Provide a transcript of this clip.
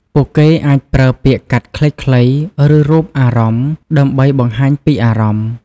ពួកគេអាចប្រើពាក្យកាត់ខ្លីៗ ឬរូបអារម្មណ៍ ដើម្បីបង្ហាញពីអារម្មណ៍។